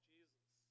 Jesus